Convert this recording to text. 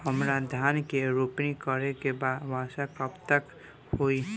हमरा धान के रोपनी करे के बा वर्षा कब तक होई?